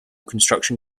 construction